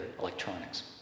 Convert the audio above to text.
electronics